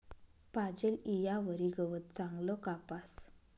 पाजेल ईयावरी गवत चांगलं कापास